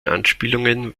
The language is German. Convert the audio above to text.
anspielungen